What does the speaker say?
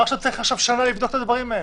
למה צריך שנה לבדוק את הדברים האלה?